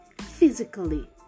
physically